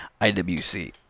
IWC